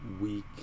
week